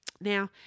Now